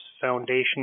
Foundation